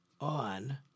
on